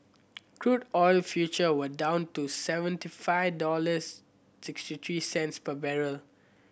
crude oil future were down to seventy five dollars sixty three cents per barrel